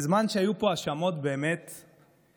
בזמן שהיו פה האשמות שאותי באמת שברו.